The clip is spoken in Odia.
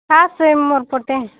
ଆସେ ମୋର ପଟେ